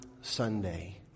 Sunday